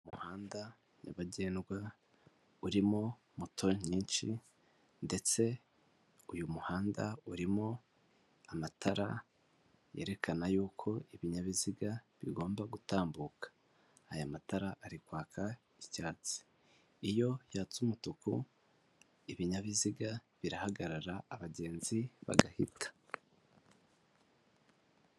Mu muhanda nyabagendwa urimo moto nyinshi ndetse uyu muhanda urimo amatara yerekana y'uko ibinyabiziga bigomba gutambuka, aya matara ari kwaka icyatsi, iyo yatse umutuku ibinyabiziga birahagarara abagenzi bagahita.